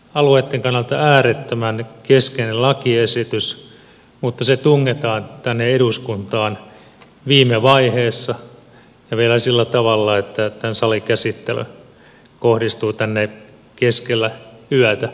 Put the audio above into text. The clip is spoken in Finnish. alueitten kannalta äärettömän keskeinen lakiesitys mutta se tungetaan tänne eduskuntaan viime vaiheessa ja vielä sillä tavalla että tämän salikäsittely kohdistuu tänne keskellä yötä